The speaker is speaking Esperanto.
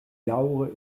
daŭre